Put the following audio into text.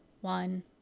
one